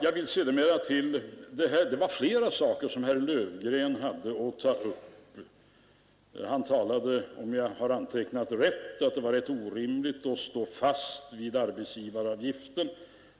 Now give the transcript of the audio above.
Herr Löfgren hade flera saker att ta upp. Han talade — om jag har antecknat rätt — om att det var rätt orimligt att stå fast vid höjningen av lerande åtgärder lerande åtgärder arbetsgivaravgiften.